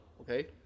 okay